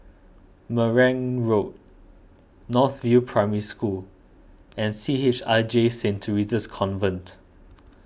Marang Road North View Primary School and C H I J Saint theresa's Convent